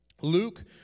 Luke